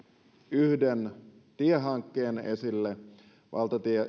yhden tiehankkeen esille valtatie